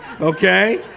okay